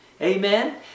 Amen